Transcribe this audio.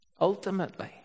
Ultimately